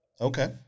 Okay